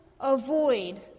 avoid